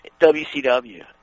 WCW